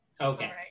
Okay